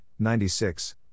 96